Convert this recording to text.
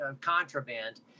contraband